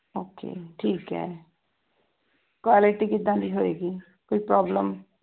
okay ਠੀਕ ਹੈ quality ਕਿੱਦਾਂ ਦੀ ਹੋਵੇਗੀ ਕੋਈ ਪ੍ਰੋਬਲਮ